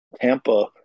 Tampa